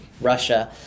Russia